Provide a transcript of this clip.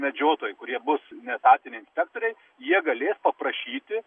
medžiotojai kurie bus neetatiniai inspektoriai jie galės paprašyti